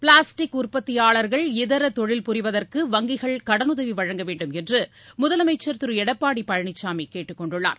plastic உற்பத்தியாளர்கள் இதர தொழில் புரிவதற்கு வங்கிகள் கடனுதவி வழங்க வேண்டும் என்று முதலமைச்சர் திரு எடப்பாடி பழனிசாமி கேட்டுக்கொண்டுள்ளார்